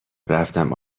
رفتم